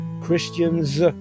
Christians